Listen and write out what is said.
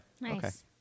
Nice